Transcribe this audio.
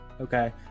Okay